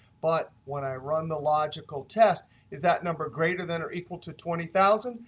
but when i run the logical test is that number greater than or equal to twenty thousand